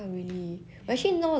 她的 allergy like 没有了